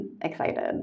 excited